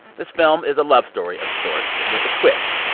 this film is a love story of sorts with a twist.